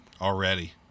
already